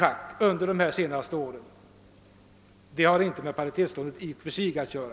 Den saken har i och för sig ingenting med paritetslånen att göra.